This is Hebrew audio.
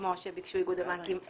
כפי שביקשו איגוד הבנקים,